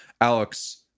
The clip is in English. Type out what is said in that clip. Alex